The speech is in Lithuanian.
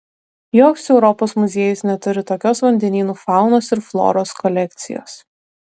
joks europos muziejus neturi tokios vandenynų faunos ir floros kolekcijos